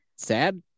sad